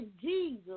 Jesus